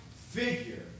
figure